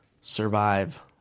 survive